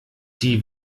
die